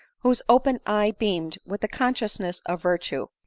whose open eye beamed with the consciousness of virtue,